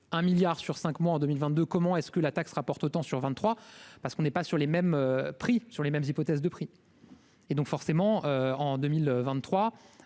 un milliard sur 5 mois en 2022 comment est-ce que la taxe rapporte autant sur 23 parce qu'on est pas sur les mêmes prix sur les mêmes hypothèses de prix et donc forcément en 2023,